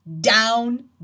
down